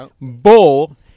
bull